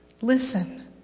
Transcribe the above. Listen